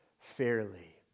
fairly